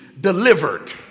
delivered